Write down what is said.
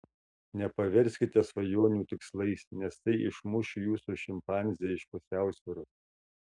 nepaverskite svajonių tikslais nes tai išmuš jūsų šimpanzę iš pusiausvyros